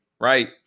right